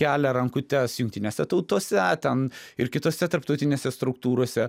kelia rankutes jungtinėse tautose ten ir kitose tarptautinėse struktūrose